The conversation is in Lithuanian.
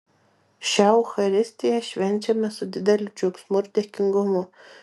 šią eucharistiją švenčiame su dideliu džiaugsmu ir dėkingumu